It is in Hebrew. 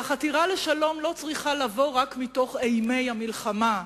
והחתירה לשלום לא צריכה לבוא רק מתוך אימי המלחמה,